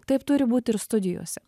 taip turi būti ir studijose